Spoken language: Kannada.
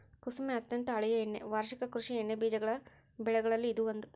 ಕುಸುಮೆ ಅತ್ಯಂತ ಹಳೆಯ ಎಣ್ಣೆ ವಾರ್ಷಿಕ ಕೃಷಿ ಎಣ್ಣೆಬೀಜ ಬೆಗಳಲ್ಲಿ ಇದು ಒಂದು